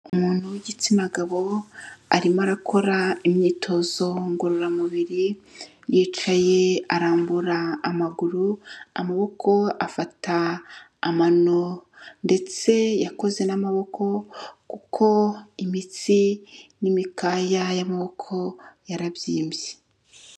Umuntu w'igitsina gabo arimo arakora imyitozo ngororamubiri, yicaye arambura amaguru, amaboko afata amano; ndetse yakoze n'amaboko, kuko imitsi n'imikaya y'amaboko yarabyimbye.